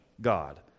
God